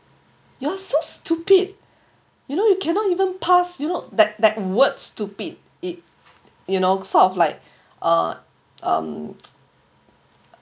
you're so stupid you know you cannot even pass you know that that word stupid it you know sort of like uh um